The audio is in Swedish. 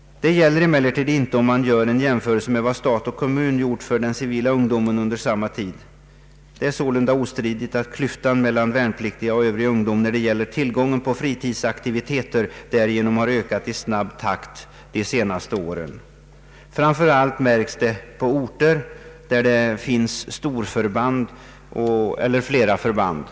Detta gäller emellertid inte om man gör en jämförelse med vad stat och kommun gjort för den civila ungdomen under samma tid. Det är sålunda ostridigt att klyftan mellan värnpliktiga och övrig ungdom när det gäller tillgången på fritidsaktiviteter därigenom har ökat i snabb takt de senaste åren. Framför allt märks det på orter där det finns storförband eller flera förband.